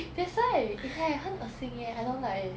that's why it's like 很恶心 eh I don't like eh